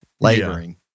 laboring